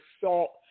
salt